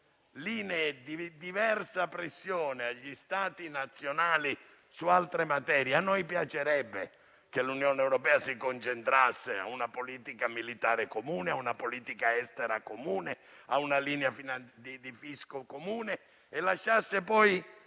linee di diversa pressione agli Stati nazionali, su altre materie. A noi piacerebbe che l'Unione europea si concentrasse su una politica militare comune, su una politica estera comune e su una linea fiscale comune, e lasciasse poi